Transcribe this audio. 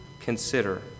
consider